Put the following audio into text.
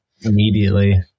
Immediately